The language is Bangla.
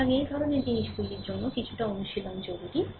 সুতরাং এই ধরণের জিনিসটির জন্য কিছুটা অনুশীলন করা জরুরি